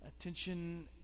attention